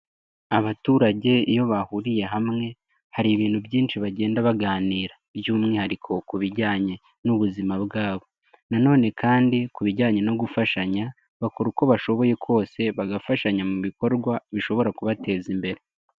Abaturage iyo bahuriye hamwe, hari ibintu byinshi bagenda baganira, by'umwihariko ku bijyanye, n'ubuzima bwabo. Nanone kandi ku bijyanye no gufashanya, bakora uko bashoboye kose bagafashanya mu bikorwa bishobora kubateza imbere.